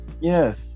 Yes